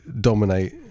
dominate